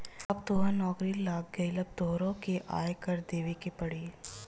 अब तोहरो नौकरी लाग गइल अब तोहरो के आय कर देबे के पड़ी